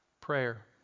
Prayer